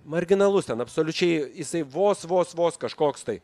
marginalus ten absoliučiai jisai vos vos vos kažkoks tai